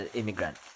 immigrant